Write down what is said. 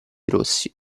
rossi